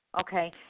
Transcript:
okay